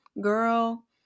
Girl